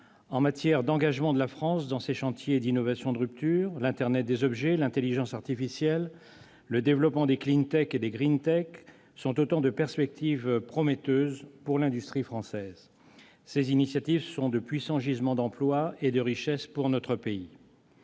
en matière d'engagement de la France dans ces chantiers « d'innovation de rupture ». L'internet des objets, l'intelligence artificielle, le développement des et sont autant de perspectives prometteuses pour l'industrie française. Ces initiatives sont de puissants gisements d'emplois et de richesses pour notre pays.